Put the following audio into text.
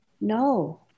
no